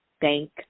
Thank